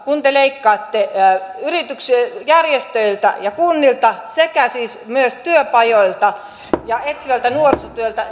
kun te leikkaatte järjestöiltä ja kunnilta sekä siis myös työpajoilta ja etsivältä nuorisotyöltä